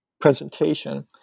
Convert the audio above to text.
presentation